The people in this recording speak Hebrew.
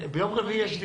ביום רביעי יש דיון.